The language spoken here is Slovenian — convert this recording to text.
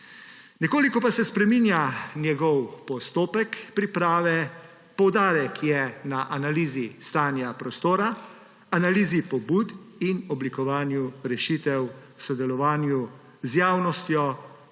Nekoliko pa se spreminja njegov postopek priprave, poudarek je na analizi stanja prostora, analizi pobud in oblikovanju rešitev v sodelovanju z javnostjo